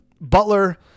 Butler